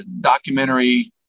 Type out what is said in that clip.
documentary